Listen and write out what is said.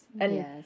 Yes